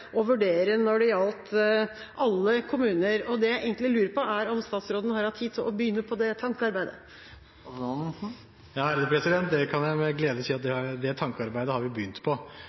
å vurdere når det gjaldt alle kommuner, og det jeg egentlig lurer på, er om statsråden har hatt tid til å begynne på det tankearbeidet? Jeg kan med glede si at det tankearbeidet har vi begynt på.